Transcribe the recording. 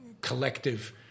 collective